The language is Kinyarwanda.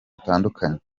butandukanye